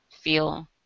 feel